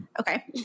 Okay